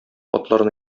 атларны